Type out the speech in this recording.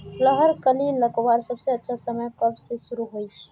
लहर कली लगवार सबसे अच्छा समय कब से शुरू होचए?